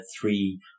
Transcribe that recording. three